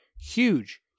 Huge